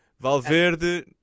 Valverde